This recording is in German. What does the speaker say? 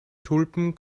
tulpen